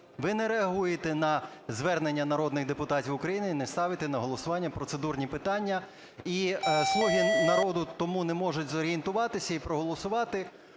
Ви не реагуєте на звернення народних депутатів України і не ставите на голосування процедурні питання, і "Слуга народу" тому не можуть зорієнтуватися і проголосувати